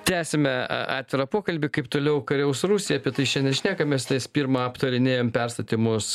tęsiame atvirą pokalbį kaip toliau kariaus rusija apie tai šiandien šnekamės nes pirma aptarinėjam perstatymus